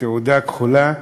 תעודה כחולה: